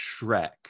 Shrek